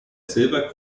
silver